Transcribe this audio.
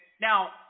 Now